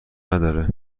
نداره